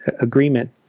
agreement